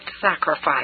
sacrifice